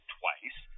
twice